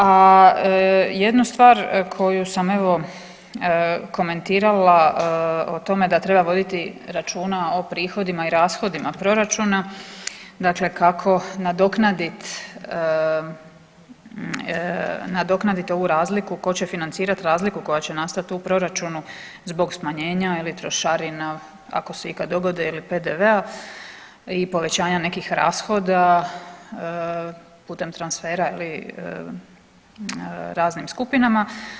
A jednu stvar koju sam evo komentirala o tome da treba voditi računa o prihodima i rashodima proračuna, dakle kako nadoknadit, nadoknadit ovu razliku, ko će financirat razliku koja će nastat u proračunu zbog smanjenja ili trošarina ako se ikad dogode ili PDV-a i povećanja nekih rashoda putem transfera je li raznim skupinama.